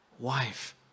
Wife